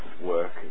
work